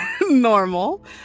normal